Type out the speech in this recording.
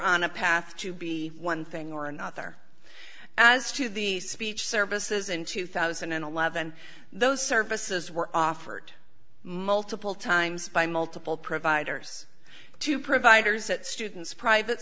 on a path to be one thing or another as to the speech services in two thousand and eleven those services were offered multiple times by multiple providers to providers at students private